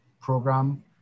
program